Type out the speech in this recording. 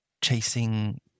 chasing